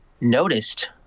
noticed